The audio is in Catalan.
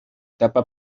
tapa